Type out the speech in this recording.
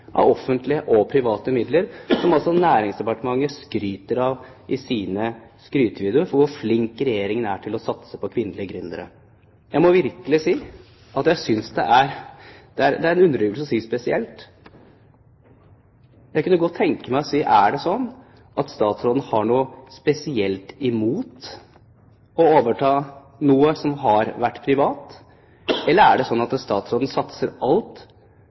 av offentlige og private midler? Næringsdepartementet skryter i sine videoer av hvor flink Regjeringen er til å satse på kvinnelige gründere. Jeg må virkelig si at jeg synes det er en underdrivelse å si at det er spesielt: Jeg kunne godt tenke meg å si: Er det slik at statsråden har noe «spesielt» imot å overta noe som har vært privat? Eller: Er det slik at statsråden satser alt